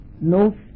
no